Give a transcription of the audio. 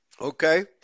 Okay